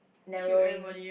narrowing